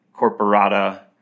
corporata